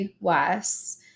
Wes